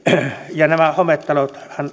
nämä hometalothan